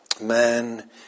man